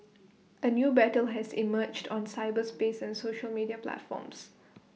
A new battle has emerged on cyberspace and social media platforms